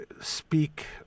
speak